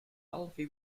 alfie